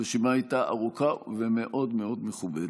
הרשימה הייתה ארוכה ומאוד מאוד מכובדת.